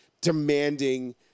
demanding